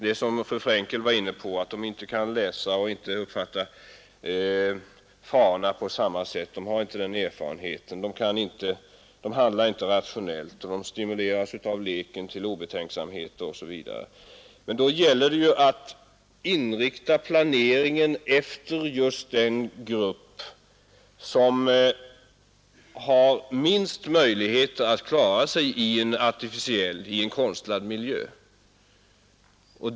Det är som fru Frenkel nämnde, att de inte kan läsa och inte uppfatta farorna på samma sätt som äldre. De har inte den erfarenheten, de handlar inte rationellt, de stimuleras av leken till obetänksamhet osv. Då gäller det att inrikta planeringen efter just denna grupp, som har minst möjligheter att klara sig i en konstlad miljö.